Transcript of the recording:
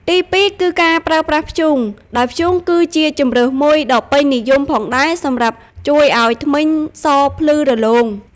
ទីពីរគឺការប្រើប្រាស់ធ្យូង ដោយធ្យូងក៏ជាជម្រើសមួយដ៏ពេញនិយមផងដែរសម្រាប់ជួយឲ្យធ្មេញសភ្លឺរលោង។